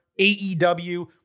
AEW